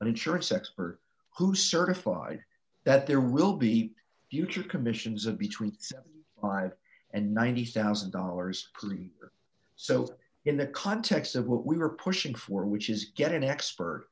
and insurance expert who certified that there will be future commissions of between lives and ninety thousand dollars or so in the context of what we were pushing for which is get an expert